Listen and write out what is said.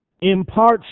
imparts